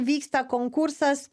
vyksta konkursas